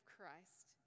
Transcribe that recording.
Christ